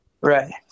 Right